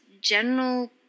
general